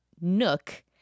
nook